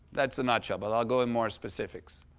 that's the nutshell, but i'll go in more specifics.